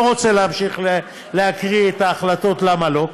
רוצה להמשיך להקריא את ההחלטות למה לא,